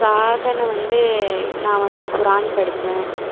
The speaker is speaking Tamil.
சாதனை வந்து நான் வந்து குரான் படித்தேன்